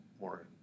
more